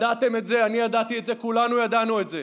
ידעתם את זה, אני ידעתי את זה, כולנו ידענו את זה.